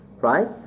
right